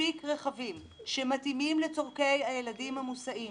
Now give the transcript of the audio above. מספיק רכבים שמתאימים לצרכי הילדים המוסעים